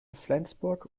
flensburg